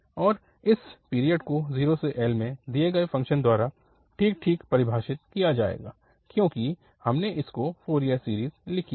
और इस पीरियड को0L में दिए गए फ़ंक्शन द्वारा ठीक ठीक परिभाषित किया जाएगा क्योंकि हमने इसकी फ़ोरियर सीरीज़ लिखी है